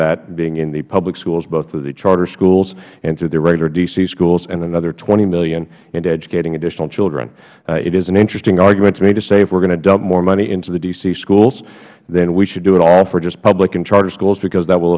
that being in the public schools both to the charter schools and to the regular d c schools and another twenty dollars million into educating additional children it is an interesting argument to me to say if we are going to dump more money into the d c schools then we should do it all for just public and charter schools because that will